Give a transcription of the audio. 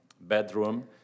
Bedroom